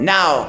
Now